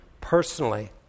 personally